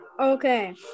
Okay